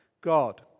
God